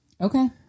Okay